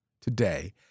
today